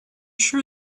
sure